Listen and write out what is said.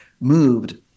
moved